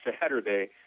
Saturday